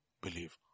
believe